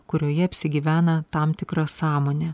kurioje apsigyvena tam tikra sąmonė